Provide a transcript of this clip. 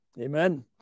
amen